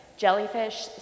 jellyfish